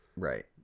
Right